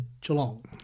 Geelong